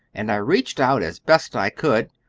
and i reached out as best i could,